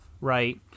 Right